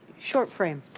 short frame.